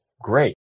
great